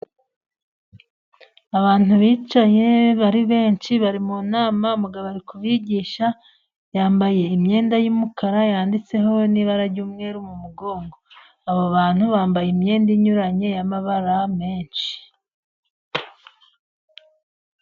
Abantu bicaye bari benshi bari mu nama. Umugabo ari kubigisha, yambaye imyenda y'umukara yanditseho n'ibara ry'umweru mu mugongo. Aba bantu bambaye imyenda inyuranye y'amabara menshi.